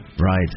Right